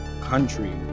Country